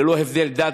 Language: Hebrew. ללא הבדל דת,